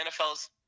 NFL's